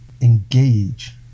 engage